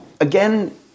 Again